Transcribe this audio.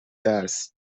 درس